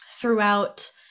throughout